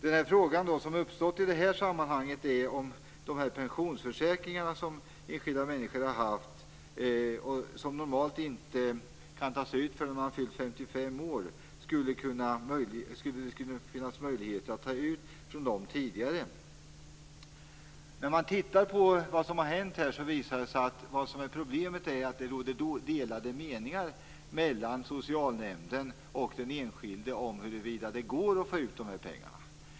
Den fråga som uppstått i det här sammanhanget är om de pensionsförsäkringar som enskilda människor har haft, vilka normalt inte kan tas ut förrän man har fyllt 55 år, skulle vara möjliga att ta ut tidigare. Problemet har visat sig vara att det råder delade meningar mellan socialnämnden och den enskilde om huruvida det går att få ut de här pengarna.